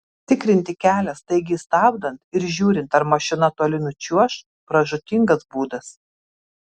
tikrinti kelią staigiai stabdant ir žiūrint ar mašina toli nučiuoš pražūtingas būdas